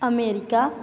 America